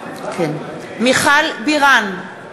(קוראת בשמות חברי הכנסת) מיכל בירן,